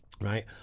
right